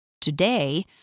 Today